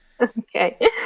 Okay